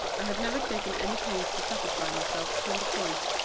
i have never taken any pains to satisfy myself upon the point,